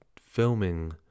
filming